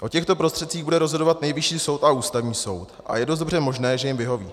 O těchto prostředcích bude rozhodovat Nejvyšší soud a Ústavní soud a je dost dobře možné, že jim vyhoví.